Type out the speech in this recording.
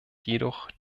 jedoch